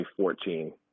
2014